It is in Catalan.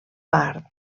part